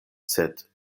sed